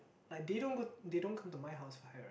like they don't go they don't come to my house for Hari-Raya